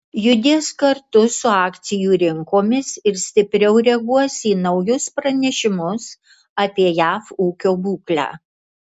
judės kartu su akcijų rinkomis ir stipriau reaguos į naujus pranešimus apie jav ūkio būklę